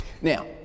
Now